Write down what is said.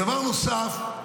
דבר נוסף,